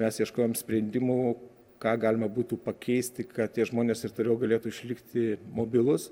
mes ieškojom sprendimų ką galima būtų pakeisti kad tie žmonės ir toliau galėtų išlikti mobilūs